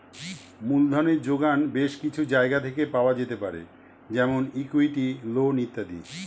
মূলধনের জোগান বেশ কিছু জায়গা থেকে পাওয়া যেতে পারে যেমন ইক্যুইটি, লোন ইত্যাদি